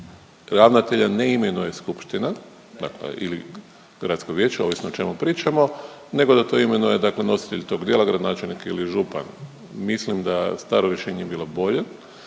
ravnatelja ne imenuje skupština dakle gradsko vijeće, ovisno o čemu pričamo nego da to imenuje dakle nositelj tog dijela gradonačelnik ili župan. Mislim da staro rješenje je bilo bolje,